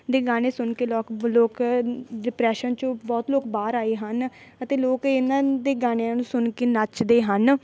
ਦੇ ਗਾਣੇ ਸੁਣ ਕੇ ਲੋਕ ਲੋਕ ਡਿਪਰੈਸ਼ਨ ਚੋਂ ਬਹੁਤ ਲੋਕ ਬਾਹਰ ਆਏ ਹਨ ਅਤੇ ਲੋਕ ਇਹਨਾਂ ਦੇ ਗਾਣਿਆਂ ਨੂੰ ਸੁਣ ਕੇ ਨੱਚਦੇ ਹਨ